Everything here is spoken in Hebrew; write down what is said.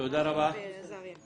ורחל עזריה.